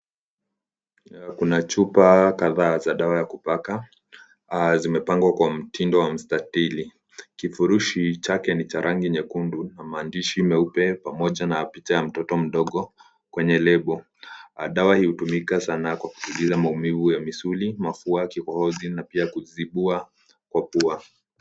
Kuna chupa kadhaa za dawa ya kupaka , zimepangwa kwa mtindo wa mstatili. Kifurushi chake ni cha rangi nyekundu na maandishi meupe pamoja na picha ya mtoto mdogo kwenye lebo. Dawa hii hutumika sana kwa kupunguza maumivu ya misuli, mafua, kikohozi na pia kuzivua mapua.